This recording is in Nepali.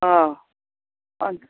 अन्त